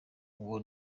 uwo